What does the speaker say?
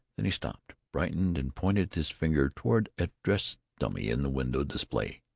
then he stopped, brightened, and pointed his finger toward a dressed dummy in the window display.